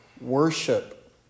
worship